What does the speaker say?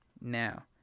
Now